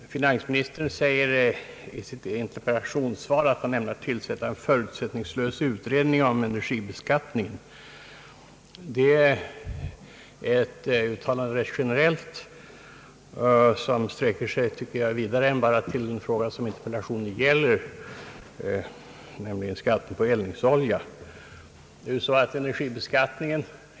Herr talman! Finansministern säger i sitt interpellationssvar att han ämnar tillsätta en förutsättningslös utredning av energibeskattningen, Det är ett generellt uttalande, som sträcker sig vidare än till bara frågan om skatten på eldningsolja, som interpellationen gäller.